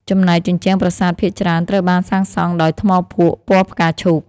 ចំណែកជញ្ជាំងប្រាសាទភាគច្រើនត្រូវបានសាងសង់ដោយថ្មភក់ពណ៌ផ្កាឈូក។